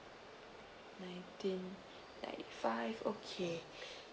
nineteen ninety five okay